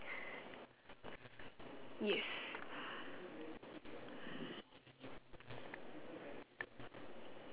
yes